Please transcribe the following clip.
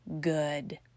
good